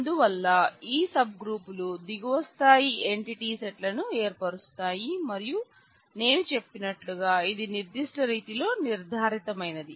అందువల్ల ఈ సబ్ గ్రూపులు దిగువ స్థాయి ఎంటిటీ సెట్ లను ఏర్పరుస్తాయి మరియు నేను చెప్పినట్లుగా ఇది నిర్ధిష్ట రీతిలో నిర్ధారితమైనది